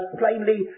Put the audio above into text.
plainly